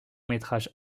métrage